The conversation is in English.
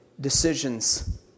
decisions